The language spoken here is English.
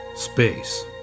Space